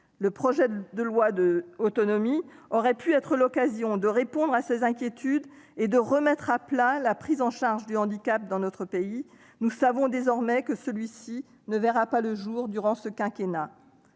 Le projet de loi relatif à l'autonomie aurait pu être l'occasion de répondre à ces inquiétudes et de remettre à plat la prise en charge du handicap dans notre pays, mais nous savons désormais qu'il ne verra pas le jour durant ce quinquennat